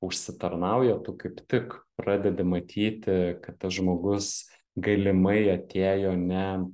užsitarnauja o tu kaip tik pradedi matyti kad tas žmogus galimai atėjo ne